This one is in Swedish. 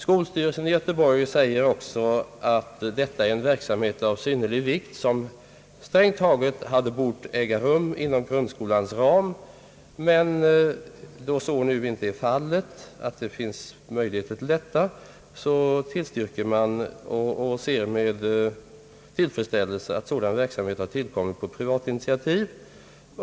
Skolstyrelsen i Göteborg säger också att detta är en verksamhet av synnerlig vikt, som strängt taget hade bort äga rum inom grundskolans ram, men då så nu inte är fallet att det finns möjligheter till detta tillstyrker man och ser med tillfredsställelse att en sådan verksamhet har tillkommit på privat initiativ.